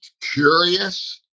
curious